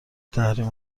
تحریم